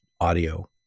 audio